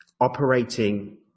operating